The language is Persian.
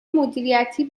مدیریتی